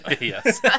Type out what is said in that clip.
Yes